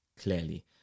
clearly